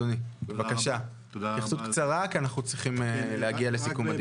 בבקשה, כי אנחנו צריכים להגיע לסיכום הדיון.